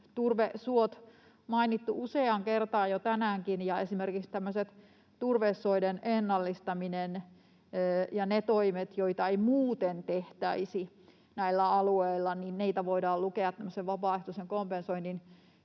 turvesuot mainittu useaan kertaan jo tänäänkin, ja esimerkiksi tämmöistä turvesoiden ennallistamista ja niitä toimia, joita ei muuten tehtäisi näillä alueilla, voidaan lukea tämmöisen vapaaehtoisen kompensoinnin